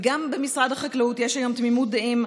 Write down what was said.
וגם במשרד החקלאות יש היום תמימות דעים,